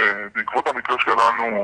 שבעקבות המקרה שלנו,